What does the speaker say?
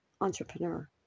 entrepreneur